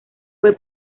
fue